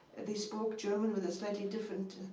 they spoke german with a slightly different,